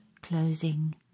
Closing